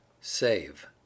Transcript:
Save